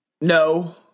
No